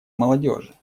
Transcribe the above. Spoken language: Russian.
молодежи